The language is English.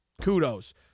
Kudos